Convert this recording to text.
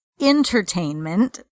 Entertainment